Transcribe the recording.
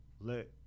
let